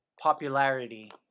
popularity